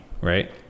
right